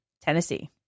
Tennessee